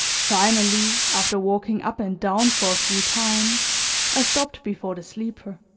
finally, after walking up and down for a few times i stopped before the sleeper.